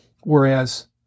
Whereas